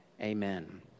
amen